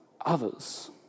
others